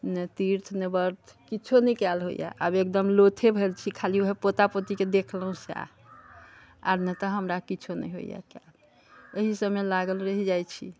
नहि तीर्थ नहि व्रत किछो नहि कएल होइए आब एकदम लोथे भेल छी खाली उएह पोता पोतीके देखलहुँ सएह आर नहि तऽ हमरा किछो नहि होइए कएल एहिसभमे लागल रहि जाइ छी